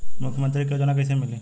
मुख्यमंत्री के योजना कइसे मिली?